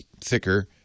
thicker